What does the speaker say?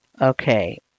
Okay